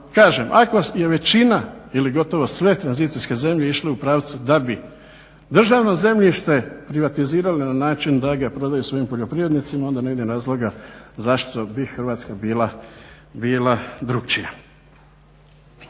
ako je većina ili gotovo sve tranzicijske zemlje išle u pravcu da bi državno zemljište privatizirali na način da ga prodaju svojim poljoprivrednicima onda ne vidim razloga zašto bi Hrvatska bila drugačija.